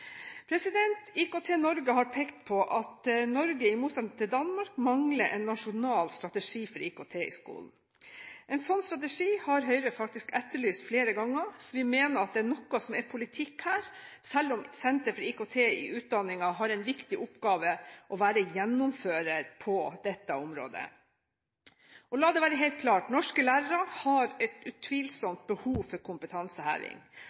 for IKT i skolen. En sånn strategi har Høyre faktisk etterlyst flere ganger, for vi mener at det er noe som er politikk her, selv om Senter for IKT i utdanningen har en viktig oppgave i å være gjennomfører på dette området. La det være helt klart: Norske lærere har utvilsomt et behov for kompetanseheving.